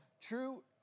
true